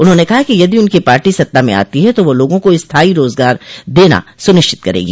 उन्होंने कहा कि यदि उनकी पाटी सत्ता में आती है तो वह लोगों को स्थाई रोजगार देना सुनिश्चित करेगी